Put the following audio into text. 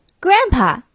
grandpa